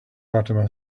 fatima